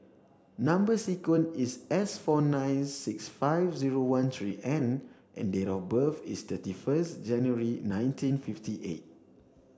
number sequence is S four nine six five zero one three N and date of birth is thirty first January nineteen fifty eight